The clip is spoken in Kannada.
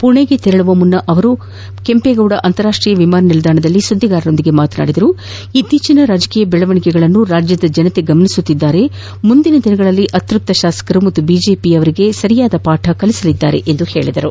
ಪುಣೆಗೆ ತೆರಳುವ ಮುನ್ನ ಅವರು ಕೆಂಪೇಗೌಡ ಅಂತಾರಾಷ್ಟೀಯ ವಿಮಾನ ನಿಲ್ದಾಣದಲ್ಲಿ ಸುದ್ದಿಗಾರರೊಂದಿಗೆ ಮಾತನಾಡಿದರು ಇತ್ತೀಚಿನ ರಾಜಕೀಯ ಬೆಳವಣಗೆಗಳನ್ನು ರಾಜ್ಯದ ಜನರು ಗಮನಿಸುತ್ತಿದ್ದು ಮುಂದಿನ ದಿನಗಳಲ್ಲಿ ಅತೃಪ್ತ ಶಾಸಕರು ಹಾಗೂ ಬಿಜೆಪಿಯರಿಗೆ ಸರಿಯಾದ ಪಾಠ ಕಲಿಸಲಿದ್ದಾರೆ ಎಂದು ಹೇಳಿದರು